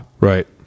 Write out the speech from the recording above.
Right